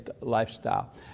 lifestyle